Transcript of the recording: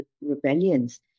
rebellions